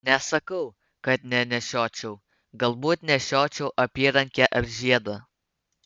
nesakau kad nenešiočiau galbūt nešiočiau apyrankę ar žiedą